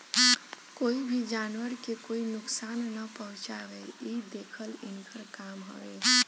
कोई भी जानवर के कोई नुकसान ना पहुँचावे इ देखल इनकर काम हवे